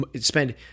spend